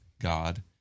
God